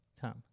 Tom